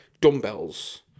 dumbbells